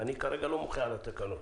אני כרגע לא מוחה על התקנות.